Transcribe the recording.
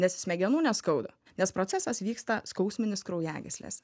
ne smegenų neskauda nes procesas vyksta skausminis kraujagyslėse